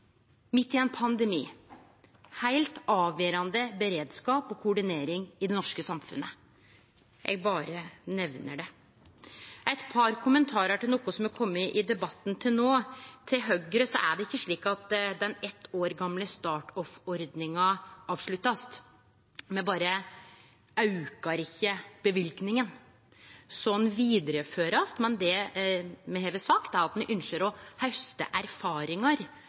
midt i ein pandemi – med heilt avgjerande beredskap og koordinering i det norske samfunnet. Eg berre nemner det. Eit par kommentarar til noko som har kome i debatten til no, til Høgre: Det er ikkje slik at den eitt år gamle StartOff-ordninga blir avslutta; me berre aukar ikkje løyvinga. Så ho blir vidareført, men det me har sagt, er at ein ynskjer å hauste erfaringar